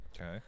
Okay